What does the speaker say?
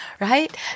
right